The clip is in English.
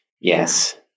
Yes